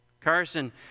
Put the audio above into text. Carson